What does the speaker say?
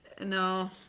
No